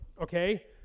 okay